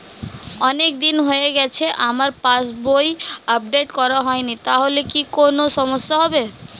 অনেকদিন হয়ে গেছে আমার পাস বই আপডেট করা হয়নি তাহলে কি কোন সমস্যা হবে?